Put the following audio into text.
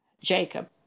Jacob